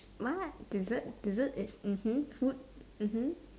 what dessert dessert is mmhmm food mmhmm